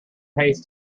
haste